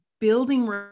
building